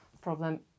problem